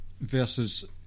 versus